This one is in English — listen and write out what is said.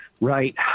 Right